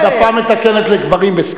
בסקנדינביה, שופטים, העדפה מתקנת לגברים.